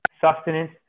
sustenance